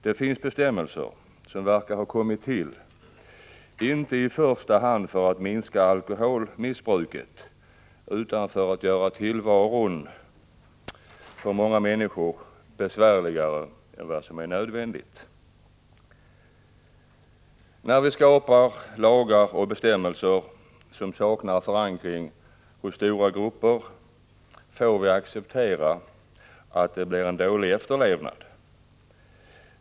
Det finns bestämmelser som verkar ha kommit till, inte i första hand för att minska alkoholmissbruket, utan för att göra tillvaron för många människor besvärligare än vad som är nödvändigt. När vi skapar lagar och bestämmelser som saknar förankring hos stora grupper får vi acceptera att det blir en dålig efterlevnad.